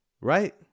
Right